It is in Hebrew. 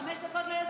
חמש דקות לא יספיקו.